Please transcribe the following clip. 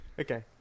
Okay